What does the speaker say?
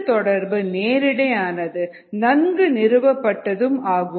இந்த தொடர்பு நேரிடையானது நன்கு நிறுவப்பட்டதும் ஆகும்